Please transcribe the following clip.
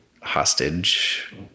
hostage